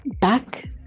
back